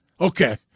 Okay